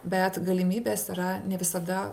bet galimybės yra ne visada